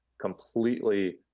completely